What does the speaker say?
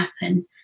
happen